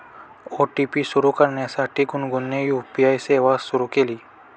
OTP सुरू करण्यासाठी गुनगुनने यू.पी.आय सेवा सुरू केली